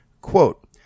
Quote